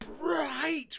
Right